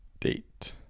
date